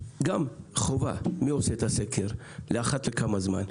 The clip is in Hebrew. גם חובה מי עושה את הסקר ואחת לכמה זמן,